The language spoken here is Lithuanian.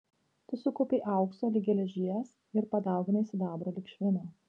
tu sukaupei aukso lyg geležies ir padauginai sidabro lyg švino